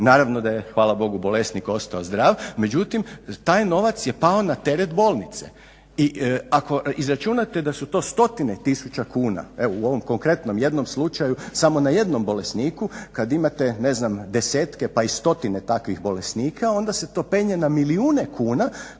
naravno da je hvala Bogu bolesnik ostao zdrav, međutim taj novac je pao na teret bolnice i ako izračunate da su to stotine tisuća kuna evo u ovom konkretnom jednom slučaju samo na jednom bolesniku kad imate desetke pa i stotine takvih bolesnika onda se to penje na milijune kuna